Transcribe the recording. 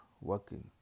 working